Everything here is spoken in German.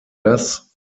das